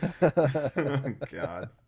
God